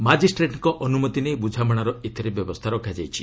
ମାଜିଷ୍ଟ୍ରେଟ୍ଙ୍କ ଅନୁମତି ନେଇ ବୁଝାମଣାର ଏଥରେ ବ୍ୟବସ୍ଥା ରଖାଯାଇଛି